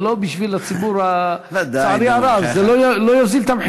זה לא בשביל הציבור, ודאי, נו,